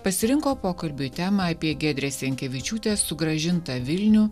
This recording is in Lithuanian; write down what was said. pasirinko pokalbiui temą apie giedrės jankevičiūtės sugrąžintą vilnių